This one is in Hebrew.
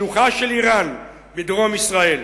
שלוחה של אירן בדרום ישראל.